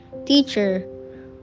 Teacher